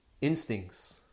instincts